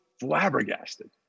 flabbergasted